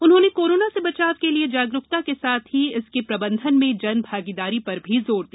उन्होंने कोरोना से बचाव के लिए जागरूकता के साथ ही इसके प्रबंधन में जन भागीदारी पर भी जोर दिया